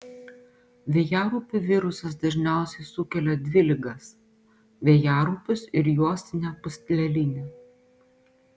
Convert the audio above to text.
vėjaraupių virusas dažniausiai sukelia dvi ligas vėjaraupius ir juostinę pūslelinę